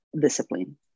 discipline